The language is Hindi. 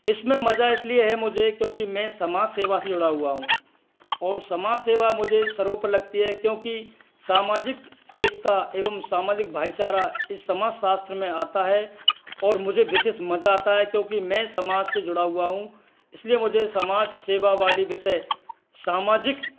इसमें मजा इसलिए है मुझे क्योंकि में समाज सेवा से जुड़ा हुआ हूँ और समाज सेवा मुझे सर्वोपरि लगती है क्योंकि सामाजिक एकता एवं सामाजिक भाईचारा इस समाजशास्त्र में आता है और मुझे विशेष मजा आता है क्योंकि में समाज से जुड़ा हुआ हूँ इसलिए मुझे समाज सेवा वाली विषय सामाजिक